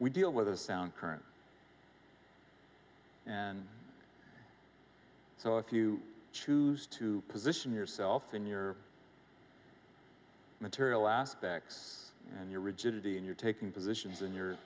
we deal with the sound current and so if you choose to position yourself in your material aspects and your rigidity and you're taking positions in your